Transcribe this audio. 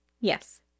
Yes